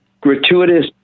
gratuitous